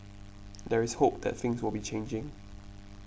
there is hope that things will be changing